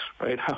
right